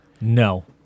No